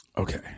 Okay